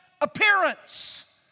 appearance